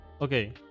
Okay